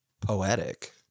poetic